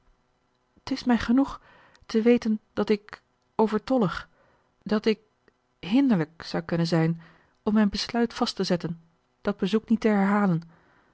t is mij genoeg te weten dat ik overtollig dat ik hinderlijk zou konnen zijn om mijn besluit vast te zetten dat bezoek niet te herhalen